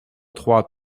trois